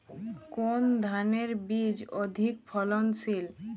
কোন ধানের বীজ অধিক ফলনশীল?